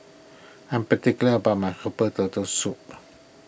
I am particular about my Herbal Turtle Soup